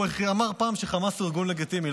אמר פעם שחמאס הוא ארגון לגיטימי,